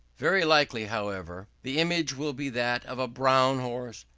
very likely, however, the image will be that of a brown horse,